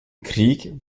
krieg